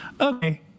okay